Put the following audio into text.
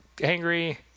angry